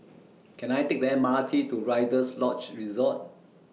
Can I Take The M R T to Rider's Lodge Resort